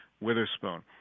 Witherspoon